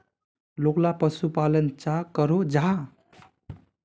लोकला पशुपालन चाँ करो जाहा?